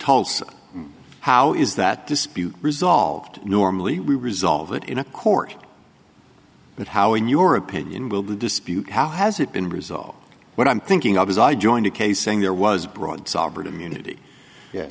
tulsa how is that dispute resolved normally we resolve it in a court but how in your opinion will the dispute how has it been resolved what i'm thinking of is i joined a case saying there was broad sovereign immunity ye